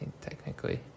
technically